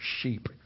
sheep